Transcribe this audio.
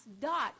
dot